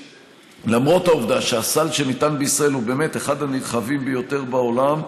למרות העובדה שהסל שניתן בישראל הוא באמת אחד הנרחבים ביותר בעולם,